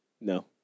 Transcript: No